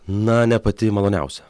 na ne pati maloniausia